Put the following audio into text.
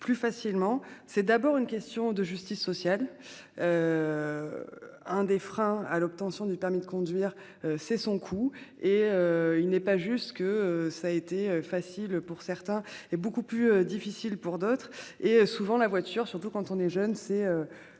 est d'abord une question de justice sociale. L'un des freins à l'obtention du permis de conduire est son coût, et il n'est pas juste que cela soit facile pour certains et beaucoup plus difficile pour d'autres. En particulier quand on est jeune, la